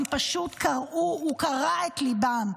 הוא פשוט קרע את ליבם.